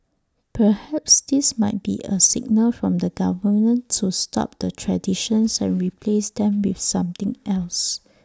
perhaps this might be A signal from the government to stop the traditions and replace them with something else